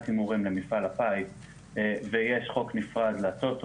הימורים למפעל הפיס ויש חוק נפרד לטוטו,